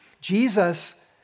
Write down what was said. Jesus